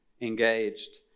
Engaged